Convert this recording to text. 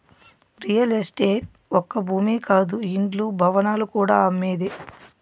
real estate ఒక్క భూమే కాదు ఇండ్లు, భవనాలు కూడా అమ్మేదే